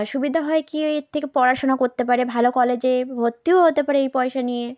সুবিধা হয় কি এর থেকে পড়াশুনা করতে পারে ভালো কলেজে ভর্তিও হতে পারে এই পয়সা নিয়ে